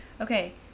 okay